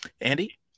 andy